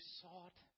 sought